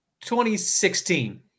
2016